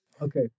Okay